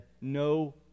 no